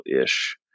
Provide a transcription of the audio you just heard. ish